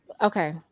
okay